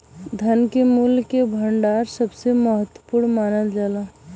धन के मूल्य के भंडार सबसे महत्वपूर्ण मानल जाला